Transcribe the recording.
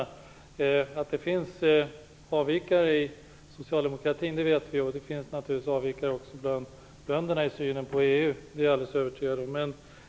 Vi vet att det finns avvikare inom socialdemokratin, och det finns naturligtvis avvikare också bland bönderna när det gäller synen på EU.